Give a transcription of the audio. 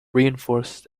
reinforced